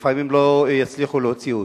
לא יצליחו להוציא אותה.